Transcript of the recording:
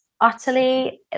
utterly